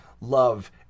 love